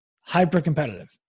hyper-competitive